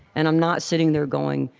and i'm not sitting there going,